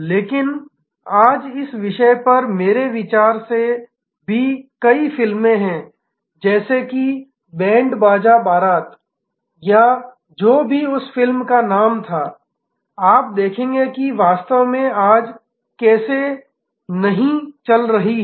लेकिन आज इस विषय पर मेरे विचार से भी कई फिल्में हैं जैसे कि बैंड बाजा बारात या जो भी उस फिल्म का नाम था आप देखेंगे कि वे वास्तव में आज कैसे नहीं चल रही हैं